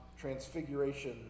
Transfiguration